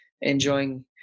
enjoying